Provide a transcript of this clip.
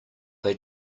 they